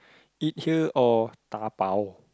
eat here or dabao